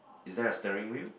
is there a steering wheel